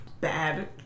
bad